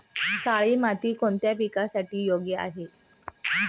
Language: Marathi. काळी माती कोणत्या पिकासाठी योग्य नाही?